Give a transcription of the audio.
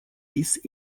this